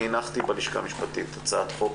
אני הנחתי בלשכה המשפטית הצעת חוק